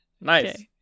nice